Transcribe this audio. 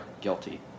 guilty